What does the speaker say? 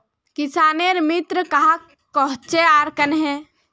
किसानेर मित्र कहाक कोहचे आर कन्हे?